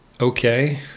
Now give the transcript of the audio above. okay